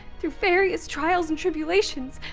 through various trials and tribulations.